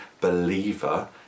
believer